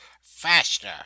faster